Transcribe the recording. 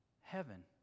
heaven